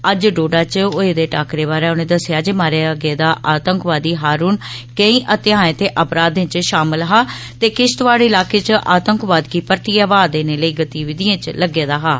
अज्ज डोडा च होए दे टाकरे बारे उनें दस्सेआ जे मारे गेदा आतंकवादी हारून केई हत्याएं ते अपराधें च शामल हा ते किश्तवाड़ इलाके च आतंकवाद गी परतियै हवा देने दिए गतिविधिएं च लग्गे दा हा